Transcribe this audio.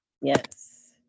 Yes